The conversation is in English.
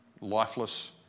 lifeless